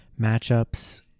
matchups